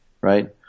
right